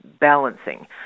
balancing